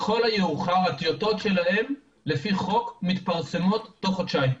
לכל המאוחר הטיוטות שלהם לפי חוק מתפרסמות תוך חודשיים,